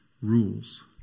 rules